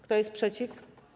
Kto jest przeciw?